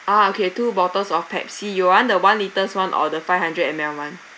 ah okay two bottles of pepsi you the one litre's one or the five hundred M_L one